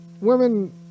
women